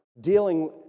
dealing